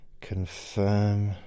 confirm